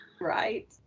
Right